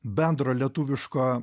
bendro lietuviško